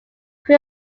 who